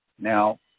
Now